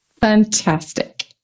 Fantastic